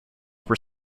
were